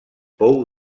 pou